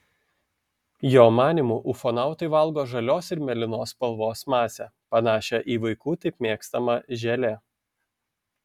jo manymu ufonautai valgo žalios ir mėlynos spalvos masę panašią į vaikų taip mėgstamą želė